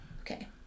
Okay